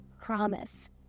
promise